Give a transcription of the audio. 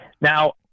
now